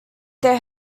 they